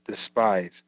despise